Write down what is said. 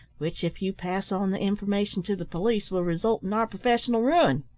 which, if you pass on the information to the police, will result in our professional ruin.